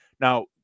Now